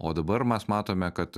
o dabar mes matome kad